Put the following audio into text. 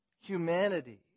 humanity